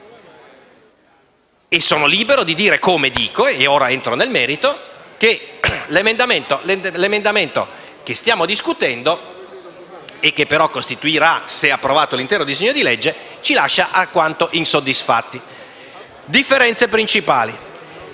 Sono libero di dire, come dico - ed entro ora nel merito - che l'emendamento che stiamo discutendo, e che però costituirà, se approvato, l'intero disegno di legge, ci lascia alquanto insoddisfatti. Veniamo alle differenze principali.